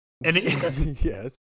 Yes